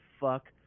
fuck